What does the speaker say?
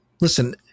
listen